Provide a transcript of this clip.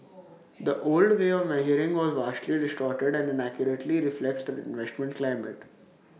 the old way of measuring was vastly distorted and inaccurately reflects the investment climate